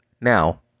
Now